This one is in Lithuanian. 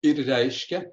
ir reiškia